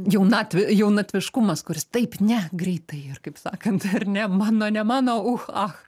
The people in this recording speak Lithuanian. jaunatvi jaunatviškumas kuris taip ne greitai ir kaip sakant ar ne mano ne mano uch ach